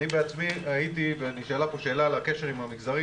אני בעצמי הייתי ונשאלה פה שאלה על הקשר עם המגזרים,